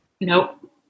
Nope